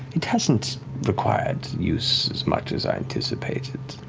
it hasn't required use as much as i anticipated.